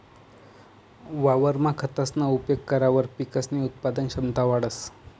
वावरमा खतसना उपेग करावर पिकसनी उत्पादन क्षमता वाढंस